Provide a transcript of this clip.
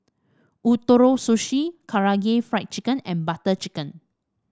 Ootoro Sushi Karaage Fried Chicken and Butter Chicken